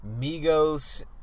Migos